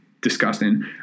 disgusting